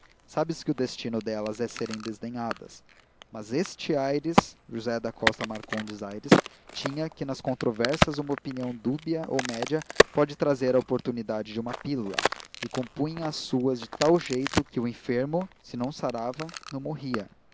sabes que o destino delas é serem desdenhadas mas este aires josé da costa marcondes aires tinha que nas controvérsias uma opinião dúbia ou média pode trazer a oportunidade de uma pílula e compunha as suas de tal jeito que o enfermo se não sarava não morria